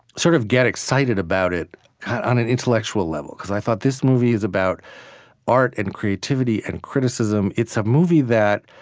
sort of get excited about it on an intellectual level, because i thought, this movie is about art and creativity and criticism. it's a movie that,